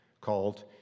called